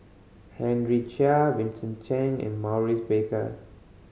Henry Chia Vincent Cheng and Maurice Baker